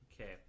Okay